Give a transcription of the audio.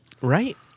Right